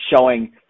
showing